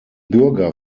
bürger